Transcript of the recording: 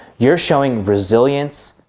you're showing resilience,